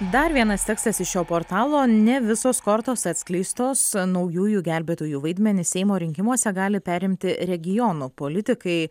dar vienas tekstas iš šio portalo ne visos kortos atskleistos naujųjų gelbėtojų vaidmenį seimo rinkimuose gali perimti regionų politikai